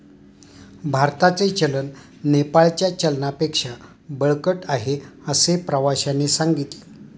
भारताचे चलन नेपाळच्या चलनापेक्षा बळकट आहे, असे प्रवाश्याने सांगितले